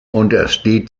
untersteht